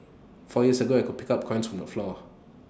four years ago I could pick up coins from the floor